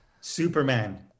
Superman